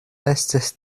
estis